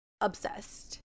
obsessed